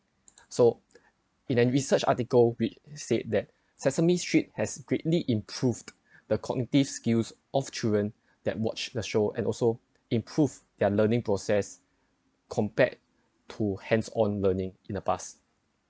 so in a research article which said that sesame street has greatly improved the cognitive skills of children that watch the show and also improve their learning process compared to hands-on learning in the past